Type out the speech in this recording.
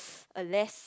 a less